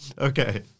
Okay